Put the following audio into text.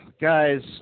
guys